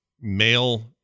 male